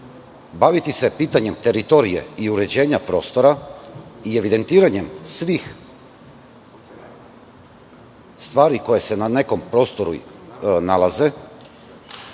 baviti se pitanjem teritorije i uređenja prostora i evidentiranjem svih stvari koje se na nekom prostoru nalaze,